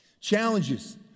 Challenges